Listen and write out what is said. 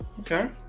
okay